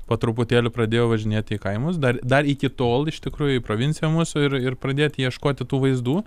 po truputėlį pradėjau važinėti į kaimus dar dar iki tol iš tikrųjų provincija mūsų ir ir pradėti ieškoti tų vaizdų